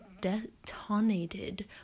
detonated